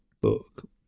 book